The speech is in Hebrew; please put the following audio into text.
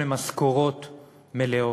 משכורות מלאות,